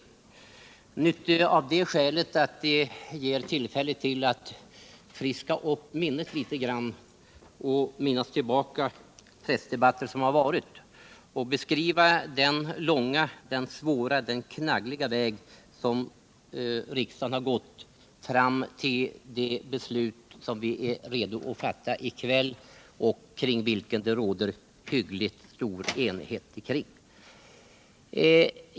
Den är nyttig av det skälet att den ger tillfälle att friska upp minnet av pressdebatter som varit och att beskriva den långa, svåra och knaggliga väg som riksdagen har gått fram till det beslut som vi är redo att fatta i kväll och kring vilket det råder högeligen stor enighet.